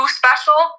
special